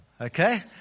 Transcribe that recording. Okay